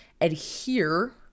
adhere